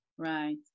Right